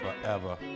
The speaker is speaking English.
Forever